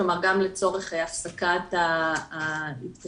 כלומר: גם לצורך הפסקת ההתקשרות,